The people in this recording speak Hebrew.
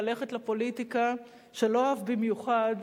ללכת לפוליטיקה שלא אהב במיוחד,